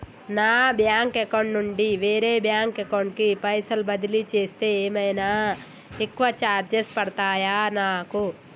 నా bank account నుండి వేరే బ్యాంక్ అకౌంట్ కి పైసల్ బదిలీ చేస్తే ఏమైనా ఎక్కువ చార్జెస్ పడ్తయా నాకు?